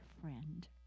friend